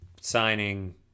signing